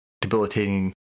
debilitating